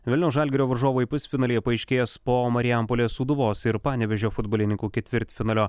vilniaus žalgirio varžovai pusfinalyje paaiškės po marijampolės sūduvos ir panevėžio futbolininkų ketvirtfinalio